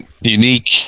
Unique